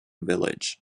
village